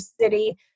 city